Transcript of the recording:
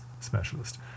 specialist